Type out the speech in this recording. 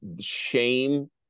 shame